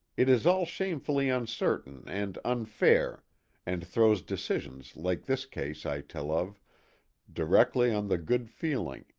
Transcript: it is all shamefully uncertain and un fair and throws decisions like this case i tell of directly on the good feeling,